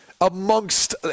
amongst